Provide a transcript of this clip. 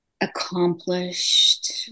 accomplished